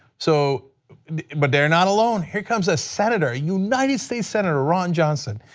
so but they are not alone. here comes a senator, a united states senator, ron johnson.